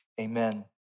Amen